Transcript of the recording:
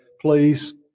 please